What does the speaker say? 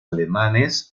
alemanes